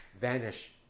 vanish